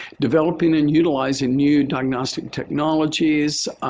developing and utilizing new diagnostic technologies.